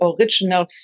original